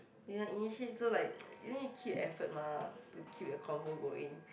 you must initiate so like you need to keep effort mah to keep the convo going